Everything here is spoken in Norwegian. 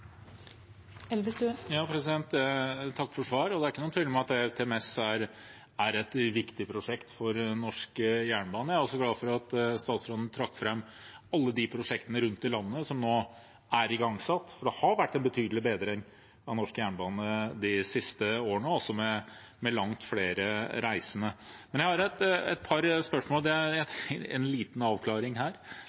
er ingen tvil om at ERTMS er et viktig prosjekt for norsk jernbane. Jeg er glad for at statsråden trakk fram alle de prosjektene rundt i landet som nå er igangsatt, for det har vært en betydelig bedring av norsk jernbane de siste årene og med langt flere reisende. Men jeg trenger en liten avklaring: Én ting er